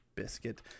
Biscuit